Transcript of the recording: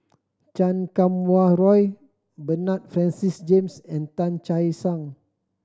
Chan Kum Wah Roy Bernard Francis James and Tan Che Sang